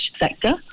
sector